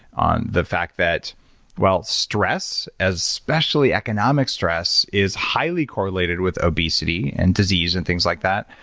on the fact that well, stress as specially economic stress is highly correlated with obesity and disease and things like that.